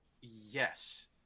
Yes